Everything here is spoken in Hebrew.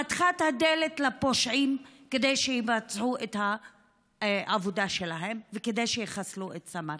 פתחה את הדלת לפושעים כדי שיבצעו את העבודה שלהם וכדי שיחסלו את סמר.